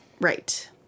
Right